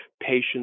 patients